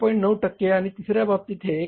9 टक्के आणि तिसर्या बाबतीत हे 51